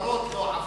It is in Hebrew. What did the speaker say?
שפרות לא עפות.